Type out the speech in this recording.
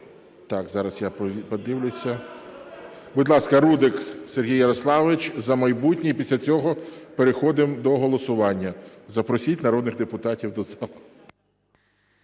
Так, зараз я подивлюся. Будь ласка, Рудик Сергій Ярославович, "За майбутнє". І після цього переходимо до голосування. Запросіть народних депутатів до зали.